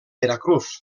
veracruz